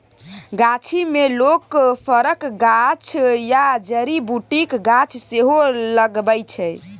गाछी मे लोक फरक गाछ या जड़ी बुटीक गाछ सेहो लगबै छै